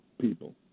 people